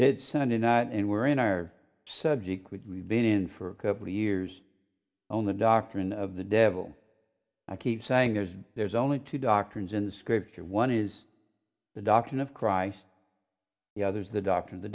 it's sunday night and we're in our subject which we've been in for a couple of years only the doctrine of the devil i keep saying there's there's only two doctrines in scripture one is the doctrine of christ the others the doctrine the